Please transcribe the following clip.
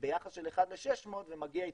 ביחס של 1 ל-600 ומגיע איתו.